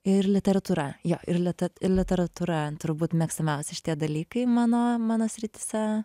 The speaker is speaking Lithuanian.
ir literatūra jo ir lite literatūra turbūt mėgstamiausi šitie dalykai mano mano srityse